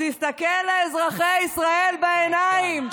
תסתכל לאזרחי ישראל בעיניים,